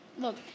Look